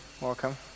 Welcome